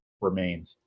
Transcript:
remains